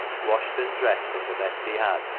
washed and dressed in the best he had,